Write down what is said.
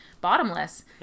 bottomless